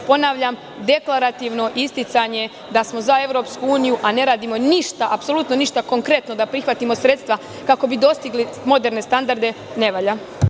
Ponavljam, deklarativno isticanje da smo za EU, a ne radimo ništa, apsolutno ništa konkretno da prihvatimo sredstva, kako bi dostigli moderne standarde ne valja.